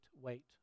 wait